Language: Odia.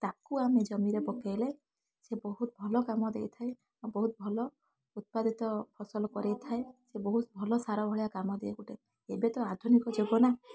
ତାକୁ ଆମେ ଜମିରେ ପକାଇଲେ ସିଏ ବହୁତ ଭଲ କାମ ଦେଇଥାଏ ଆଉ ବହୁତ ଭଲ ଉତ୍ପାଦିତ ଫସଲ କରାଇ ଥାଏ ସିଏ ବହୁତ ଭଲ ସାର ଭଳିଆ କାମ ଦିଏ ଗୋଟେ ଏବେ ତ ଆଧୁନିକ ଯୁଗ ନା